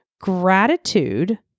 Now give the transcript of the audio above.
gratitude